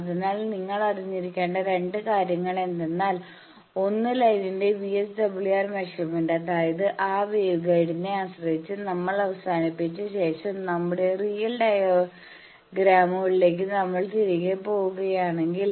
അതിനാൽ നിങ്ങൾ അറിഞ്ഞിരിക്കേണ്ട രണ്ട് കാര്യങ്ങൾ എന്തെന്നാൽ ഒന്ന് ലൈനിന്റെ VSWR മെഷർമെന്റ് അതായത് ആ വേവ് ഗൈഡിനെ ആശ്രയിച്ച് നമ്മൾ അവസാനിപ്പിച്ച ശേഷം നമ്മുടെ റിയൽ ഡയഗ്രാമുകളിലേക്ക് നമ്മൾ തിരികെ പോകുകയാണെങ്കിൽ